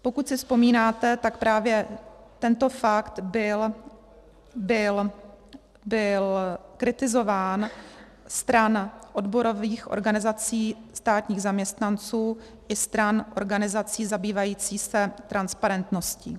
Pokud si vzpomínáte, tak právě tento fakt byl kritizován stran odborových organizací státních zaměstnanců i stran organizací zabývajících se transparentností.